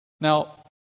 Now